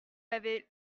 l’avez